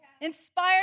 inspired